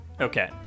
Okay